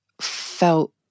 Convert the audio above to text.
felt